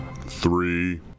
Three